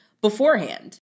beforehand